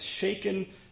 shaken